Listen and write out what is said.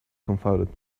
confounded